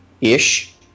ish